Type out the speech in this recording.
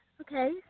Okay